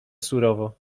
surowo